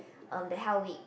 um the hell week